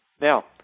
Now